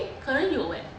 eh 可能有欸